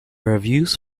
reviews